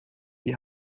die